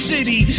City